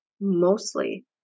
mostly